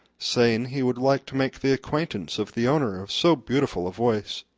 saying he would like to make the acquaintance of the owner of so beautiful a voice.